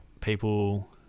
people